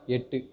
எட்டு